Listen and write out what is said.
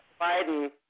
Biden